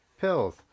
pills